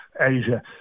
Asia